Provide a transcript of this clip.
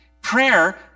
Prayer